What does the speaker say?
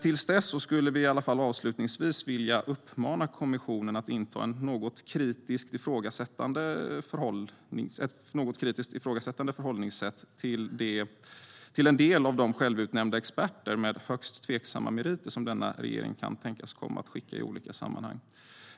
I avvaktan på det vill vi uppmana kommissionen att inta ett något kritiskt ifrågasättande förhållningssätt till en del av de självutnämnda experter med högst tveksamma meriter som denna regering kan tänkas komma att skicka i olika sammanhang.